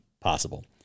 possible